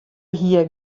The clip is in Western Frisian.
hie